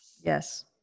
Yes